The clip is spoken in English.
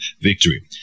victory